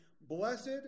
Blessed